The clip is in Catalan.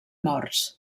morts